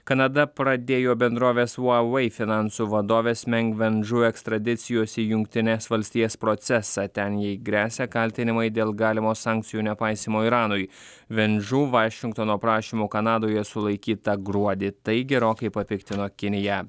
kanada pradėjo bendrovės uavej finansų vadovės meng ven žu ekstradicijos į jungtines valstijas procesą ten jai gresia kaltinimai dėl galimo sankcijų nepaisymo iranui ven žu vašingtono prašymu kanadoje sulaikyta gruodį tai gerokai papiktino kiniją